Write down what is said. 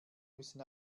müssen